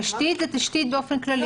תשתית זה תשתית אופן כללי.